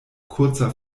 kurzer